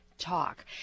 talk